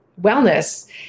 wellness